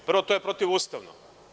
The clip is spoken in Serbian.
Prvo, to je protivustavno.